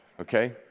okay